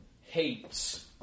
hates